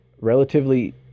relatively